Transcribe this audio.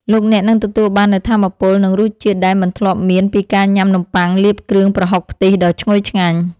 លោកអ្នកនឹងទទួលបាននូវថាមពលនិងរសជាតិដែលមិនធ្លាប់មានពីការញ៉ាំនំប៉័ងលាបគ្រឿងប្រហុកខ្ទិះដ៏ឈ្ងុយឆ្ងាញ់។